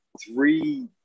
three